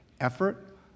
effort